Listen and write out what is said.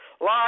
live